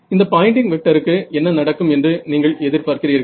இந்த பாயின்டிங் வெக்டருக்கு என்ன நடக்கும் என்று நீங்கள் எதிர்பார்க்கிறீர்கள்